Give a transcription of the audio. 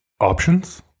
options